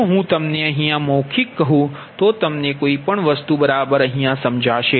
જો હું તમને મૌખીક કહું તો તમને બરાબર નહીં સમજાય